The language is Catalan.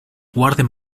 guarden